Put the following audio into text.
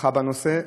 מתמחה בנושא,